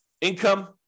Income